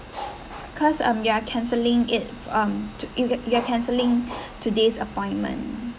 cause um you're canceling it um to you're you're canceling today's appointment